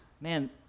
man